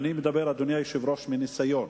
אדוני היושב-ראש, אני מדבר מניסיון,